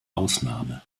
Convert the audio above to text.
ausnahme